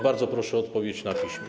Bardzo proszę o odpowiedź na piśmie.